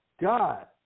God